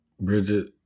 Bridget